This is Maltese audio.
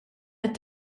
qed